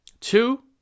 two